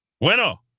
Bueno